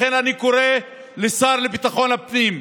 לכן אני קורא לשר לביטחון הפנים: